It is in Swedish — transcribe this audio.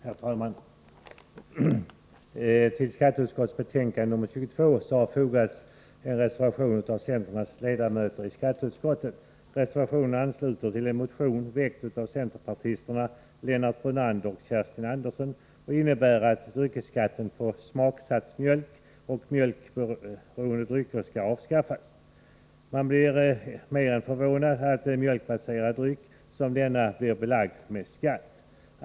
Herr talman! Till skatteutskottets betänkande nr 22 har fogats en reservation av centerns ledamöter i skatteutskottet. Reservationen ansluter till en motion som väckts av centerpartisterna Lennart Brunander och Kerstin Andersson och som framför krav på att dryckesskatten på smaksatt mjölk och mjölkberoende drycker skall avskaffas. Man blir mer än förvånad över att en mjölkbaserad dryck av denna typ blir belagd med skatt.